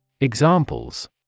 Examples